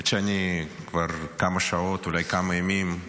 האמת שאני כבר כמה שעות, אולי כמה ימים,